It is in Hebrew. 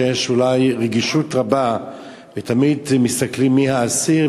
שיש אולי רגישות רבה ותמיד מסתכלים מי האסיר,